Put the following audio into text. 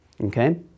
Okay